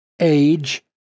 age